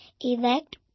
elect